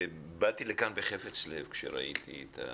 באתי לכאן בחפץ לב כשראיתי את הנושא.